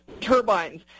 turbines